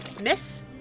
Miss